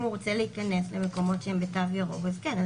אם הוא רוצה להיכנס למקומות שהם בתו ירוק אז כן,